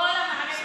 מכל המערכת